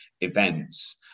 events